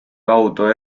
kaudu